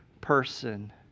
person